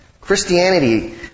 Christianity